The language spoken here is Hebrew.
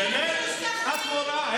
מי הלך למשא ומתן, השמאל.